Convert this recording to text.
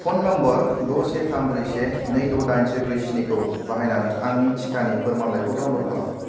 phone number द' से थाम ब्रै से नै द' दाइन से ब्रै स्नि खौ बाहायनानै आंनि टिकानि फोरमानलाइखौ डाउनल'ड खालाम